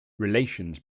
relations